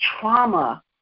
trauma